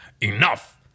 Enough